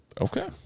Okay